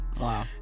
Wow